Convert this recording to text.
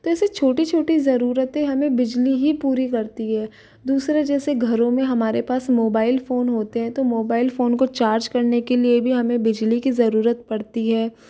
तो ऐसी छोटी छोटी ज़रूरतें हमें बिजली ही पूरी करती है दूसरा जैसे घरों में हमारे पास मोबाइल फोन होते हैं तो मोबाइल फोन को चार्ज करने के लिए भी हमें बिजली की ज़रूरत पड़ती है